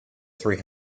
three